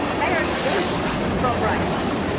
they are exempt from rates.